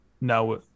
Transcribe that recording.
now